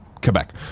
Quebec